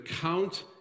count